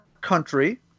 Country